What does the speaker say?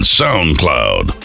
soundcloud